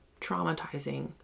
traumatizing